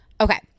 Okay